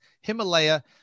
Himalaya